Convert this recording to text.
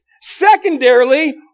Secondarily